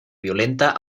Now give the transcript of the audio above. violenta